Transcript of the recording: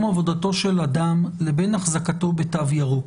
עבודתו של אדם לבין אחזקתו בתו ירוק.